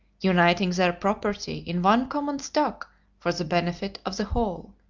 uniting their property in one common stock for the benefit of the whole.